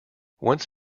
once